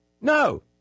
No